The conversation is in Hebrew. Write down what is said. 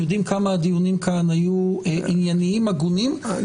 הם יודעים כמה הדיונים כאן היו עניינים הגונים --- אה,